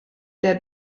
der